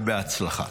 בהצלחה.